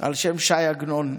על שם ש"י עגנון.